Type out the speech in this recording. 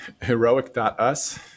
Heroic.us